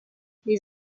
les